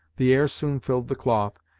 the air soon filled the cloth,